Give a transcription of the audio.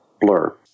blur